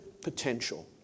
Potential